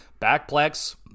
backplex